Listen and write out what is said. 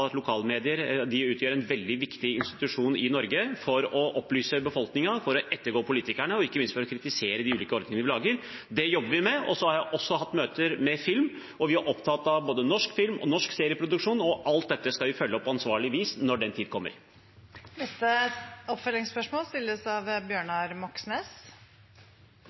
De utgjør en veldig viktig institusjon i Norge for å opplyse befolkningen, for å ettergå politikerne og ikke minst for å kritisere de ulike ordningene vi lager. Det jobber vi med. Jeg har også hatt møter med film. Vi er opptatt av både norsk film og norsk serieproduksjon, og vi skal følge opp alt dette på ansvarlig vis når den tid kommer. Bjørnar Moxnes – til oppfølgingsspørsmål.